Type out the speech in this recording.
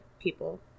people